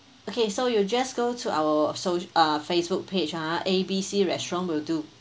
okay so you just go to our so~ uh Facebook page ah A B C restaurant will do